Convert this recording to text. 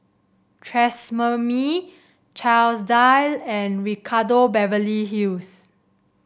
Tresemme Chesdale and Ricardo Beverly Hills